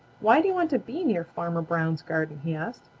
why do you want to be near farmer brown's garden? he asked.